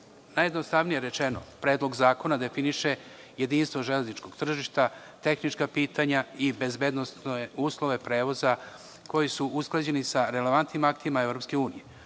EU.Najjednostavnije rečeno, Predlog zakona definiše jedinstvo železničkog tržišta, tehnička pitanja i bezbednosne uslove prevoza koji su usklađeni sa relevantnim aktima EU